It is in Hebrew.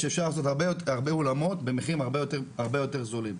אפשר לעשות הרבה אולמות, במחירים הרבה יותר זולים.